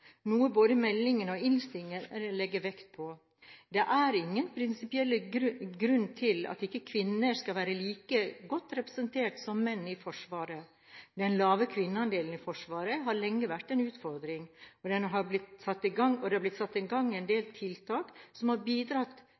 noe både meldingen og innstillingen legger vekt på. Det er ingen prinsipiell grunn til at ikke kvinner skal være like godt representert som menn i Forsvaret. Den lave kvinneandelen i Forsvaret har lenge vært en utfordring, og det har blitt satt i gang en del tiltak som har bidratt